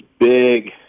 big